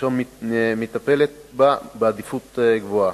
אשר מטפלת בה בעדיפות גבוהה.